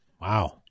wow